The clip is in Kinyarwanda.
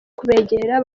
kubegera